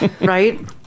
Right